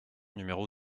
numéro